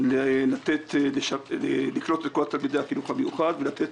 כדי לקלוט את כל תלמידי החינוך המיוחד ולתת